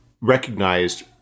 recognized